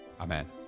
Amen